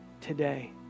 today